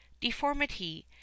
deformity